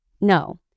No